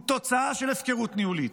הוא תוצאה של הפקרות ניהולית.